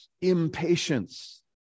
impatience